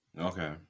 Okay